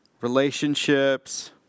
Relationships